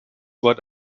wort